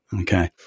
okay